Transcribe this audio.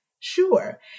Sure